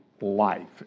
life